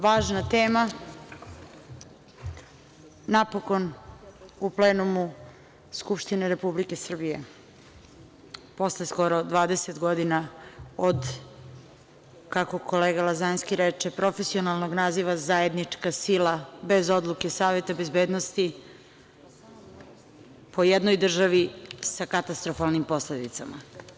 Važna tema, napokon u plenumu Skupštine Republike Srbije, posle skoro 20 godina od, kako kolega Lazanski reče, profesionalnog naziva – zajednička sila, bez odluke Saveta bezbednosti, po jednoj državi, sa katastrofalnim posledicama.